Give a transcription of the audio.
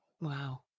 Wow